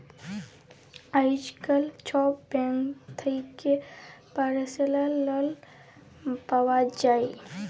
আইজকাল ছব ব্যাংক থ্যাকে পার্সলাল লল পাউয়া যায়